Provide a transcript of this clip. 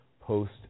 Post